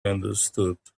understood